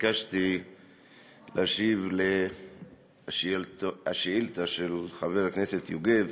התבקשתי להשיב על השאילתה של חבר הכנסת יוגב